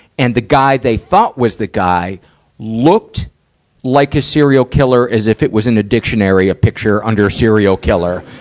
and the guy they thought was the guy looked like a serial killer, as if it was in the dictionary, a picture under serial killer.